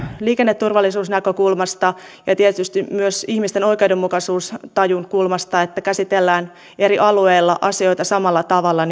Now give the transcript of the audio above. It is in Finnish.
liikenneturvallisuusnäkökulmasta ja tietysti myös ihmisten oikeudenmukaisuustajun puolesta sitä seurantaa ja valvontaa että käsitellään eri alueilla asioita samalla tavalla